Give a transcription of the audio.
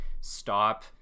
stop